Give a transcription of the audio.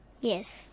yes